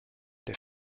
der